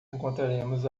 encontraremos